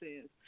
says